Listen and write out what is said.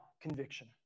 conviction